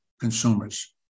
consumers